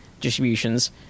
distributions